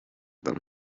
them